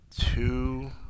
two